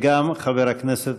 וגם חבר הכנסת,